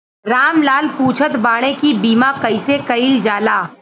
राम लाल पुछत बाड़े की बीमा कैसे कईल जाला?